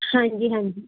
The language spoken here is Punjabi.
ਹਾਂਜੀ ਹਾਂਜੀ